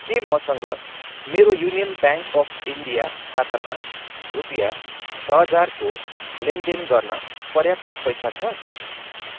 के मसँग मेरो युनियन ब्याङ्क अफ इन्डिया खातामा रुपियाँ छ हजारको लेनदेन गर्न पर्याप्त पैसा छ